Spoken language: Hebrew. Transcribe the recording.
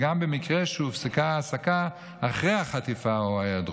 וגם במקרה שהופסקה ההעסקה אחרי החטיפה או ההיעדרות,